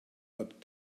that